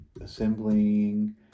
assembling